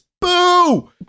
Boo